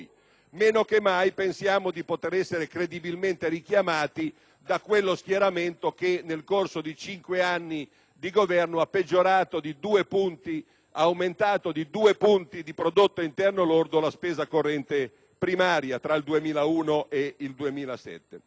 meno che mai pensiamo di poter essere credibilmente richiamati da quello schieramento che, nel corso di cinque anni di Governo, ha aumentato di due punti di prodotto interno lordo la spesa corrente primaria tra il 2001 e il 2006.